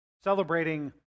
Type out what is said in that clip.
celebrating